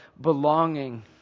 belonging